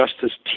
justice